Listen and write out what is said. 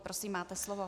Prosím, máte slovo.